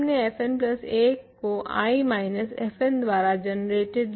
हम fn plus 1 को I minus fn द्वारा जनरेटेड आइडियल में लीस्ट डिग्री का पोलिनोमियल लेते थे